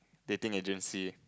dating agency